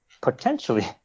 potentially